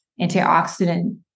antioxidant